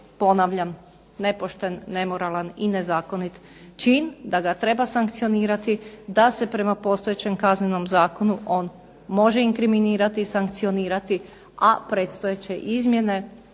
ponavljam nepošten, nemoralan i nezakonit čin, da ga treba sankcionirati da se prema postojećem Kaznenom zakonu on može inkriminirati i sankcionirati, a predstojeće izmjene